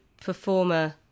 performer